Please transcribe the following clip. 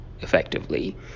effectively